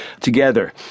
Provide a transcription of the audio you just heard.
together